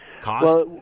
Cost